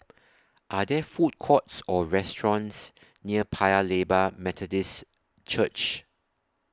Are There Food Courts Or restaurants near Paya Lebar Methodist Church